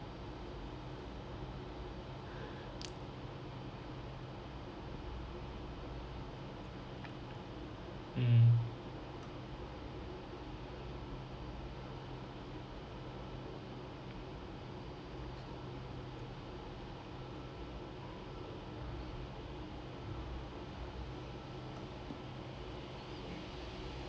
mm